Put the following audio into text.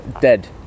dead